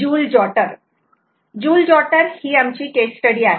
जुल जॉटर जुल जॉटर ही आमची केस स्टडी आहे